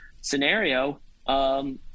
scenario